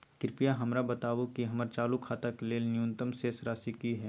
कृपया हमरा बताबू कि हमर चालू खाता के लेल न्यूनतम शेष राशि की हय